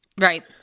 Right